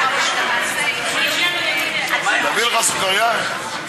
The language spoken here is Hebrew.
להביא לך סוכרייה?